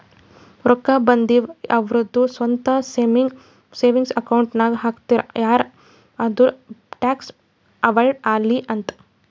ರೊಕ್ಕಾ ಬಂದಿವ್ ಅವ್ರದು ಸ್ವಂತ ಸೇವಿಂಗ್ಸ್ ಅಕೌಂಟ್ ನಾಗ್ ಹಾಕ್ತಾರ್ ಯಾಕ್ ಅಂದುರ್ ಟ್ಯಾಕ್ಸ್ ಅವೈಡ್ ಆಲಿ ಅಂತ್